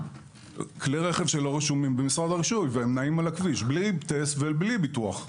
כלי רכב שלא רשומים במשרד הרישוי ונעים על הכביש בלי טסט ובלי ביטוח,